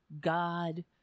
God